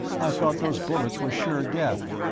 i thought those bullets were sure death.